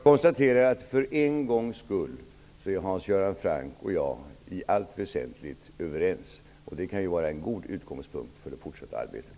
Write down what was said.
Fru talman! Jag konstaterar att Hans Göran Franck och jag för en gångs skull är i allt väsentligt överens. Det kan vara en god utgångspunkt för det fortsatta arbetet.